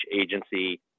agency